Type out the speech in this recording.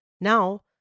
Now